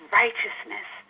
righteousness